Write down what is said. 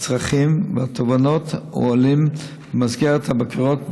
הצרכים והתובנות העולים במסגרת הבקרות,